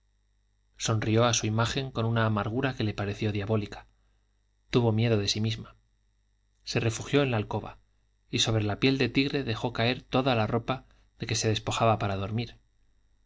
sonrió a su imagen con una amargura que le pareció diabólica tuvo miedo de sí misma se refugió en la alcoba y sobre la piel de tigre dejó caer toda la ropa de que se despojaba para dormir